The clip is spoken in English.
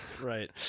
Right